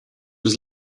was